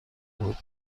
بودن